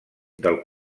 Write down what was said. del